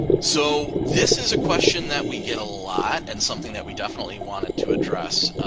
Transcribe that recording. so this is a question that we get a lot and something that we definitely wanted to address.